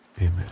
amen